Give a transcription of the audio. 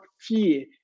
fear